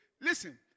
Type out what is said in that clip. Listen